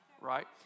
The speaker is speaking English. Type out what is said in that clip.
Right